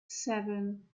seven